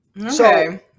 Okay